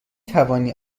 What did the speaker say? توانی